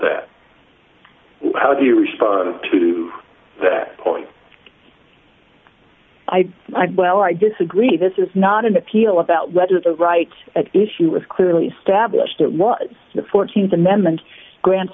was how do you respond to that point i well i disagree this is not an appeal about whether the rights at issue was clearly established it was the th amendment grants